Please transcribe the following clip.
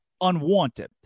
unwanted